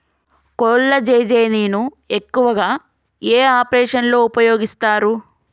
కొల్లాజెజేని ను ఎక్కువగా ఏ ఆపరేషన్లలో ఉపయోగిస్తారు?